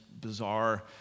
bizarre